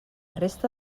resta